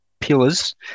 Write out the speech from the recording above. pillars